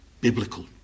biblical